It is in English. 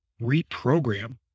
reprogram